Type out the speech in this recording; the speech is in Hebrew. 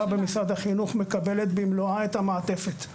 במשרד החינוך מקבלת את המעטפת במלואה.